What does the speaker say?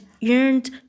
yearned